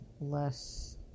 less